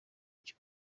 cyo